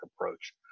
approach